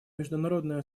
международное